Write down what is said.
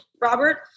Robert